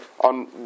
on